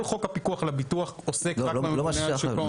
כל חוק הפיקוח על הביטוח עוסק רק בממונה על שוק ההון.